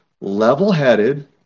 level-headed